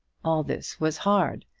all this was hard,